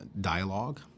dialogue